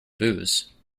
booze